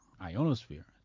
ionosphere